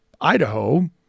Idaho